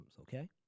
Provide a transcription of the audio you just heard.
okay